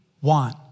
want